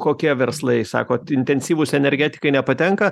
kokie verslai sakot intensyvūs energetikai nepatenka